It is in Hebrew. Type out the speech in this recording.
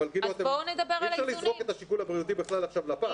אי אפשר לזרוק את השיקול הבריאותי עכשיו לפח.